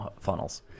funnels